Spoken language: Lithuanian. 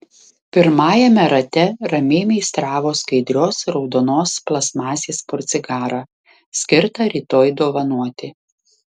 pirmajame rate ramiai meistravo skaidrios raudonos plastmasės portsigarą skirtą rytoj dovanoti